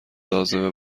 لازمه